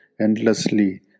endlessly